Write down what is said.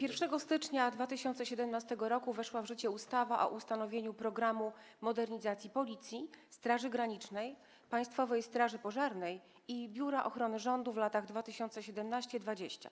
1 stycznia 2017 r. weszła w życie ustawa o ustanowieniu „Programu modernizacji Policji, Straży Granicznej, Państwowej Straży Pożarnej i Biura Ochrony Rządu w latach 2017-2020”